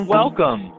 welcome